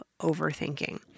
overthinking